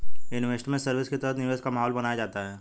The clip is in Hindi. इन्वेस्टमेंट सर्विस के तहत निवेश का माहौल बनाया जाता है